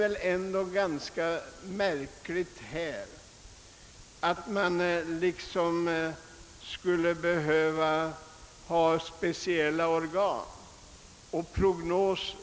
Det är ganska märkligt att hävda att det borde finnas speciella organ för prognoser.